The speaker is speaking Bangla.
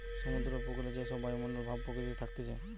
সমুদ্র উপকূলে যে সব বায়ুমণ্ডল ভাব প্রকৃতিতে থাকতিছে